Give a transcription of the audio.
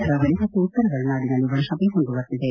ಕರಾವಳಿ ಮತ್ತು ಉತ್ತರ ಒಳ ನಾಡಿನಲ್ಲಿ ಒಣವೆ ಮುಂದುವರಿದಿದೆ